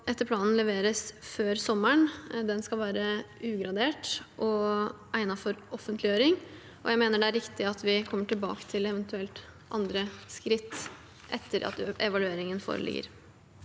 planen leveres før sommeren. Den skal være ugradert og egnet for offentliggjøring. Jeg mener det er riktig å komme tilbake til eventuelle andre skritt etter at evalueringen foreligger.